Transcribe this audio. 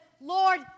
Lord